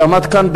שעמד כאן,